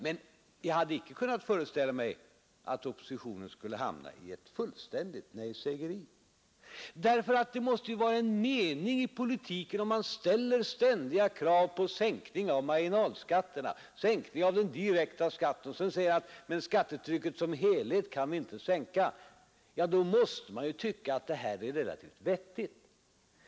Men jag hade icke kunnat föreställa mig att oppositionen skulle hamna i ett fullständigt nejsägeri. Det måste ju vara en mening i politiken. Om man ställer ständiga krav på sänkning av den direkta skatten och av marginalskatterna och samtidigt säger att skattetrycket som helhet inte kan lättas — då måste man ju tycka att vårt första förslag var vettigt.